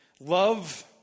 love